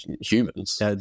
humans